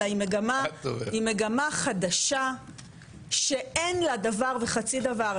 אלא היא מגמה חדשה שאין לה דבר וחצי דבר,